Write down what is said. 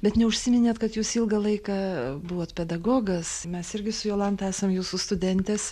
bet neužsiminėt kad jūs ilgą laiką buvot pedagogas mes irgi su jolanta esam jūsų studentės